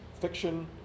fiction